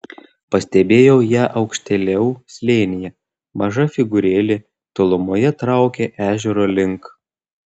pastebėjau ją aukštėliau slėnyje maža figūrėlė tolumoje traukė ežero link